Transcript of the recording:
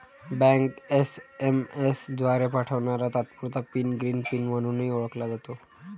bank SMS द्वारे पाठवणारा तात्पुरता पिन ग्रीन पिन म्हणूनही ओळखला जातो